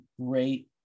great